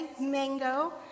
mango